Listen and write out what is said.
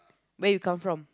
where you come from